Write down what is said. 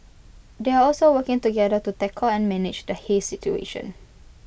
they are also working together to tackle and manage the haze situation